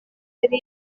ari